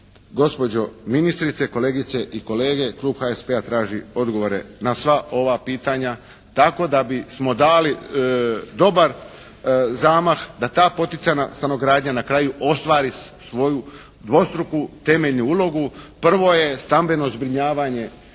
gospođo ministrice, kolegice i kolege Klub HSP-a traži odgovore na sva ova pitanja tako da bismo dali dobar zamah da ta poticajna stanogradnja na kraju ostvari svoju dvostruku temeljnu ulogu. Prvo je stambeno zbrinjavanje